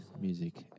music